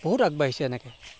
বহুত আগবাঢ়িছে এনেকৈ